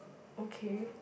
okay